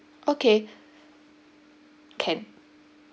okay can